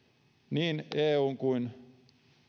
niin eun kuin